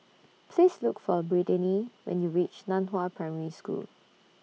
Please Look For Brittani when YOU REACH NAN Hua Primary School